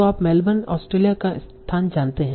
तो आप Melbourne Australia का स्थान जानते हैं